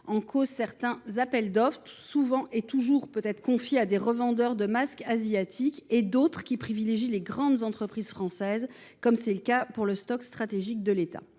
en cause les appels d’offres, dont certains sont toujours confiés à des revendeurs de masques asiatiques, et d’autres qui privilégient les grandes entreprises françaises, comme c’est le cas pour le stock stratégique de l’État.